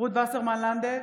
רות וסרמן לנדה,